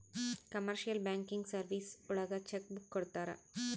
commercial banking services ಒಳಗ cheque book ಕೊಡ್ತಾರ